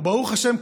וברוך השם,